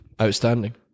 outstanding